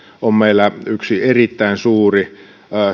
on meillä yksi erittäin suuri